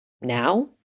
Now